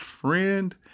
friend